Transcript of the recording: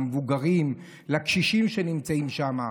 למבוגרים ולקשישים שנמצאים שם.